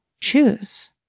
choose